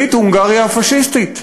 שליט הונגריה הפאשיסטית,